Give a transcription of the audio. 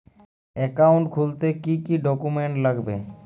Account খুলতে কি কি ডকুমেন্ট লাগবে?